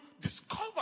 discover